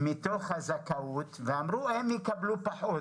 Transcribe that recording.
מתוך הזכאות ואמרו שהם יקבלו פחות.